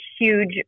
huge